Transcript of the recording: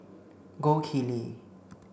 Gold Kili